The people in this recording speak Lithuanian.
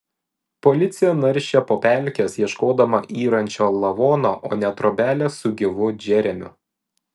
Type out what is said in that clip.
policija naršė po pelkes ieškodama yrančio lavono o ne trobelės su gyvu džeremiu